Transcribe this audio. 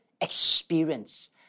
experience